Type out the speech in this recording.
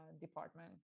department